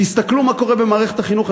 תסתכלו מה קורה במערכת החינוך.